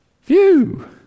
Phew